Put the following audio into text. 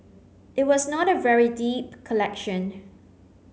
it was not a very deep collection